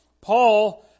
Paul